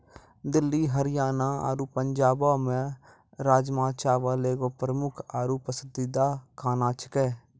दिल्ली हरियाणा आरु पंजाबो के राजमा चावल एगो प्रमुख आरु पसंदीदा खाना छेकै